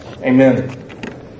Amen